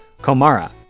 Komara